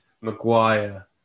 Maguire